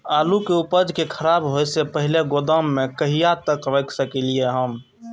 आलु के उपज के खराब होय से पहिले गोदाम में कहिया तक रख सकलिये हन?